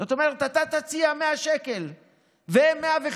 זאת אומרת, אתה תציע 100 שקל והם 115,